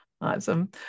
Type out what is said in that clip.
Awesome